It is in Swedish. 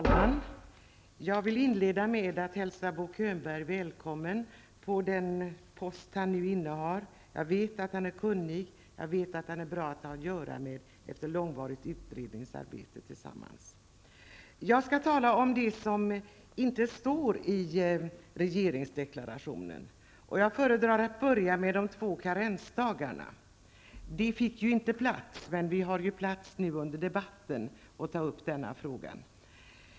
Herr talman! Jag vill inleda med att hälsa Bo Könberg välkommen på den post som han nu innehar. Jag vet efter långvarigt utredningsarbete tillsammans med honom att han är kunnig och att han är bra att ha att göra med. Jag skall tala om det som inte står i regeringsdeklarationen. Jag skall börja med de två karensdagarna. De fick ju inte plats där, men vi har nu under debatten tid att ta upp denna fråga.